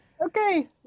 okay